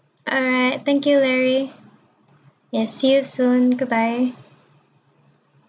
alright thank you larry yes see you soon goodbye